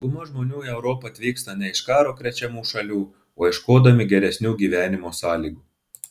dauguma žmonių į europą atvyksta ne iš karo krečiamų šalių o ieškodami geresnių gyvenimo sąlygų